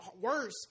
worse